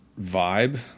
vibe